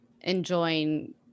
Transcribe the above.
enjoying